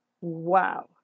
Wow